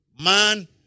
Man